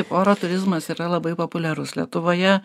oro turizmas yra labai populiarus lietuvoje